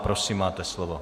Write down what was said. Prosím, máte slovo.